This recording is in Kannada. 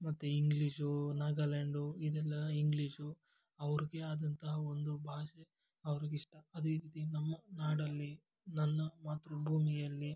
ಮತ್ತು ಇಂಗ್ಲೀಷು ನಾಗಾಲ್ಯಾಂಡು ಇದೆಲ್ಲ ಇಂಗ್ಲೀಷು ಅವರಿಗೆ ಆದಂತಹ ಒಂದು ಭಾಷೆ ಅವರಿಗಿಷ್ಟ ಅದೇ ರೀತಿ ನಮ್ಮ ನಾಡಲ್ಲಿ ನನ್ನ ಮಾತೃಭೂಮಿಯಲ್ಲಿ